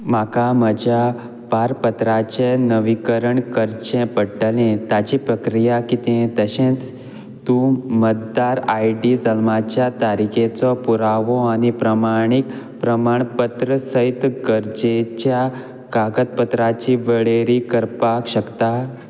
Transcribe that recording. म्हाका म्हज्या पारपत्राचें नवीनीकरण करचें पडटलें ताची प्रक्रिया कितें तशेंच तूं मतदार आय डी जल्माच्या तारखेचो पुरावो आनी प्रमाणीक प्रमाणपत्र सयत गरजेच्या कागदपत्रांची वळेरी करपाक शकता